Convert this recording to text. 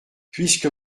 puisque